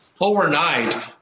Overnight